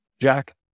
Jack